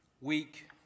week